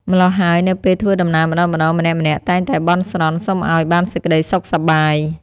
ម៉្លោះហើយនៅពេលធ្វើដំណើរម្ដងៗ ម្នាក់ៗតែងតែបន់ស្រន់ សុំឲ្យបានសេចក្ដីសុខសប្បាយ